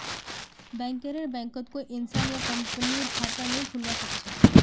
बैंकरेर बैंकत कोई इंसान या कंपनीर खता नइ खुलवा स ख छ